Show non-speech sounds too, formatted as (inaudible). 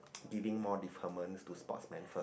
(noise) giving more deferments to sportsman first